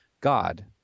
God